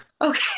Okay